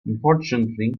unfortunately